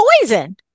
poison